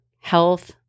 health